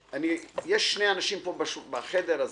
יש שני אנשים בחדר הזה,